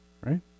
right